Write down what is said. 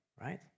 right